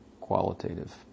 qualitative